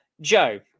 Joe